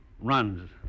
runs